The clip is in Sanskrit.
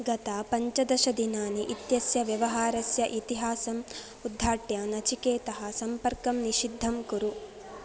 गतपञ्चदशदिनानि इत्यस्य व्यवहारस्य इतिहासम् उद्घाट्य नचिकेतः सम्पर्कं निषिद्धं कुरु